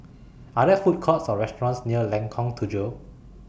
Are There Food Courts Or restaurants near Lengkong Tujuh